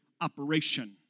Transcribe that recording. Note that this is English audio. operation